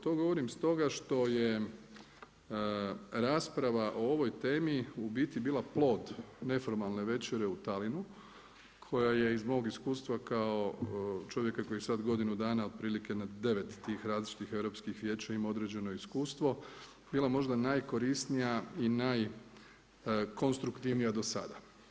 To govorim stoga zato što je rasprava o ovoj temi u biti bila plod neformalne večere u Tallinnu, koja je iz mog iskustva kao čovjeka koji je sada godinu dana otprilike na 9 tih različitih europskih vijeća imao određeno iskustvo bila možda najkorisnija i najkonstruktivnija do sada.